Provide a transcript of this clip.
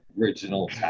original